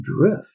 drift